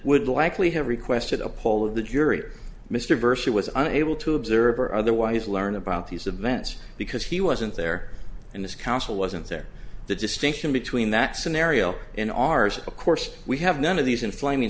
lie likely have requested a poll of the jury mr verse he was unable to observe or otherwise learn about these events because he wasn't there and this counsel wasn't there the distinction between that scenario in ours of course we have none of these inflaming